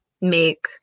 make